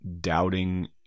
doubting